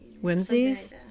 Whimsies